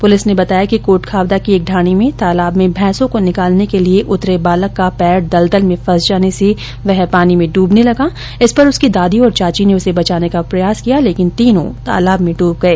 police ने बताया कि कोटखावदा की एक ढ़ाणी में तालाब में भैंसों को निकालने के लिए उतरे बालक का पैर दलदल में फंस जाने से वह पानी में डूबने लगा इस पर उसकी दादी और चाची ने उसे बचाने का प्रयास किया लेकिन तीनों तालाब में डूब गए